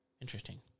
Interesting